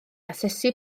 asesu